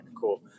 cool